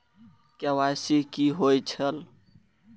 KYC कि होई छल?